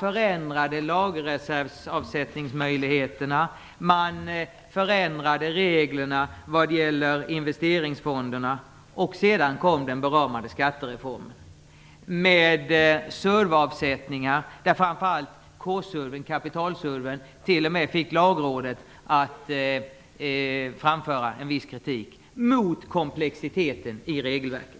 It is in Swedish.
förändrade man avsättningsmöjligheterna till lagerreserven, man förändrade reglerna vad gäller investeringsfonderna och sedan kom den beramade skattereformen med kapital-SURV:en, t.o.m. fick Lagrådet att framföra en viss kritik mot komplexiteten i regelverket.